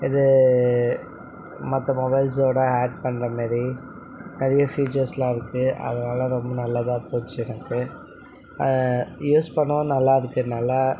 இது மற்ற மொபைல்ஸோடு ஆட் பண்ணுற மாதிரி நிறைய ப்யூச்சர்ஸ்யெலாம் இருக்குது அதனால் ரொம்ப நல்லதாக போச்சு எனக்கு யூஸ் பண்ணவும் நல்லாயிருக்கு நல்லா